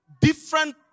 different